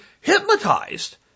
hypnotized